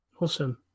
Awesome